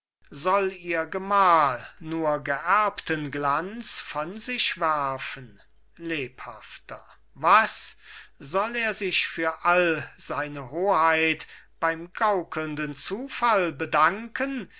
soll ihr gemahl nur geerbten glanz von sich werfen lebhafter was soll er sich für all seine hoheit beim gaukelnden zufall bedanken